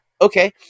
Okay